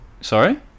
sorry